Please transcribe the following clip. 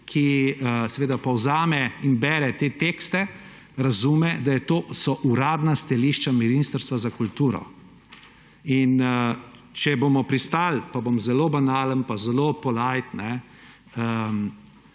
ki povzame in bere te tekste, razume, da so to uradna stališča Ministrstva za kulturo. In če bomo pristali – pa bom zelo banalen, pa zelo polite